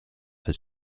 has